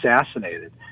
assassinated